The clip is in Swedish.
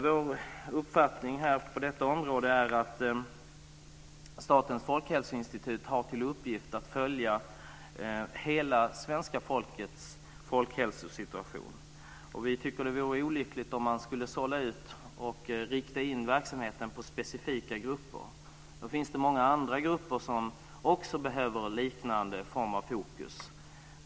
Vår uppfattning på detta område är att Statens folkhälsoinstitut har till uppgift att följa hela svenska folkets hälsosituation. Vi tycker att det vore olyckligt om man skulle sålla ut och rikta in verksamheten på specifika grupper. I så fall finns det många andra grupper som också behöver liknande fokus.